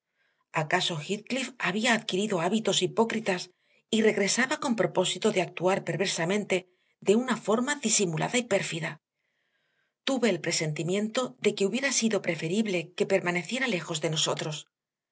acaso heathcliff había adquirido hábitos hipócritas y regresaba con el propósito de actuar perversamente de una forma disimulada y pérfida tuve el presentimiento de que hubiera sido preferible que permaneciera lejos de nosotros